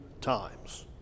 times